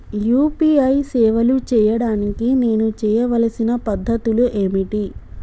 UPI సేవలు చేయడానికి నేను చేయవలసిన పద్ధతులు ఏమిటి?